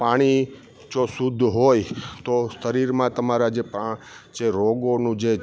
પાણી જો શુદ્ધ હોય તો શરીરમાં તમારા જે જે રોગોનું જે